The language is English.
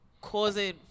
causing